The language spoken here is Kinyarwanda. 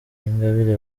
uwingabire